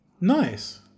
nice